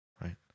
Right